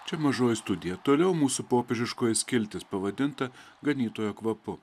čia mažoji studija toliau mūsų popiežiškoji skiltis pavadinta ganytojo kvapu